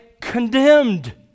condemned